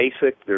basic